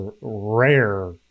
rare